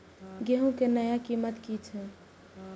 गेहूं के नया कीमत की छे?